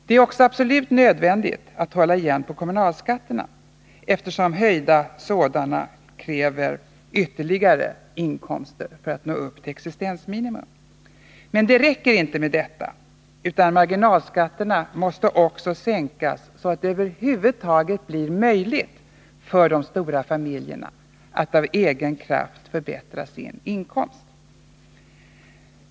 Det är också absolut nödvändigt att hålla igen på kommunalskatterna, eftersom höjda sådana kräver ytterligare inkomster för att man skall nå upp till existensminimum. Men det räcker inte med detta, utan marginalskatterna måste också sänkas så att det över huvud taget blir möjligt för de stora familjerna att av egen kraft förbättra sin inkomst.